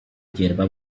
yerba